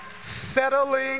Settling